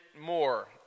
more